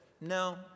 no